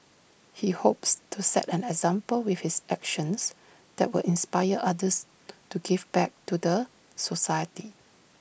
he hopes to set an example with his actions that will inspire others to give back to the society